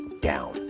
down